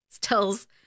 tells